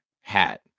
hat